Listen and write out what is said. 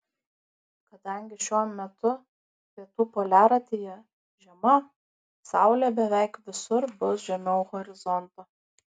kadangi šiuo metu pietų poliaratyje žiema saulė beveik visur bus žemiau horizonto